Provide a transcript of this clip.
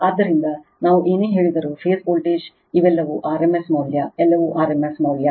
ಆದ್ದರಿಂದ ನಾವು ಏನೇ ಹೇಳಿದರೂ ಫೇಸ್ ವೋಲ್ಟೇಜ್ ಇವೆಲ್ಲವೂ rms ಮೌಲ್ಯ ಎಲ್ಲವೂ rms ಮೌಲ್ಯ